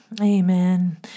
Amen